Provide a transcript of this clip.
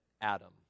Adam